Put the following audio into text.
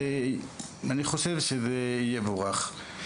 אני חושב שזה יבורך.